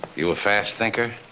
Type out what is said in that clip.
you a fast thinker?